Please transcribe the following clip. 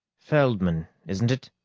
feldman, isn't it?